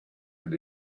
and